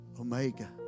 Omega